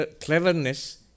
cleverness